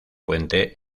puente